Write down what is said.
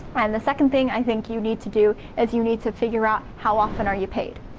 and the second thing i think you need to do is you need to figure out how often are you paid,